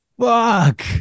Fuck